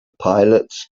pilots